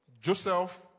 Joseph